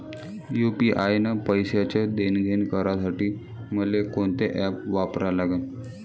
UPI न पैशाचं देणंघेणं करासाठी मले कोनते ॲप वापरा लागन?